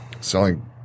selling